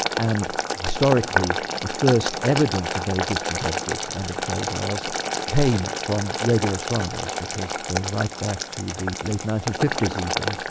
and historically the first evidence of very distant objects and of quasars came from radio astronomers because, going right back to the late nineteen fifty s even,